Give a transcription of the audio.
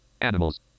Animals